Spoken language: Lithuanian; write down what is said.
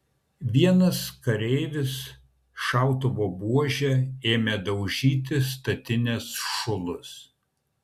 vienas kareivis šautuvo buože ėmė daužyti statinės šulus